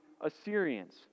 Assyrians